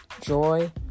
joy